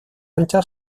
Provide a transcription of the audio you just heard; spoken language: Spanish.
ancha